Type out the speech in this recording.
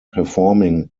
performing